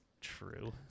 true